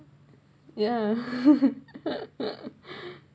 yeah